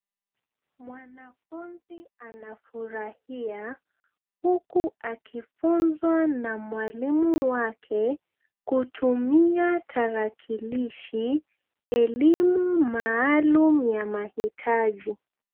Mwanafunzi anafurahia, huku akifunzwa na mwalimu wake kutumia tarakilishi, elimu maalum ya mahitaji.